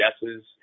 guesses